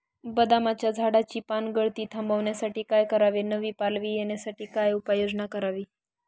बदामाच्या झाडाची पानगळती थांबवण्यासाठी काय करावे? नवी पालवी येण्यासाठी काय उपाययोजना करावी?